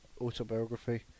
autobiography